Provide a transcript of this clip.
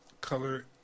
color